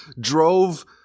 drove